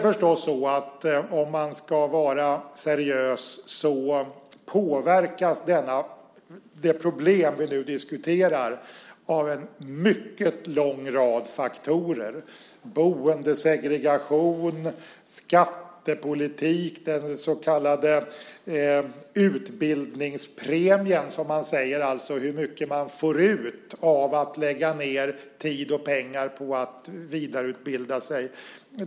Om man ska vara seriös påverkas det problem vi nu diskuterar av en mycket lång rad faktorer, boendesegregation, skattepolitik och den så kallade utbildningspremien, det vill säga hur mycket man får ut av att lägga ned tid och pengar på att vidareutbilda sig.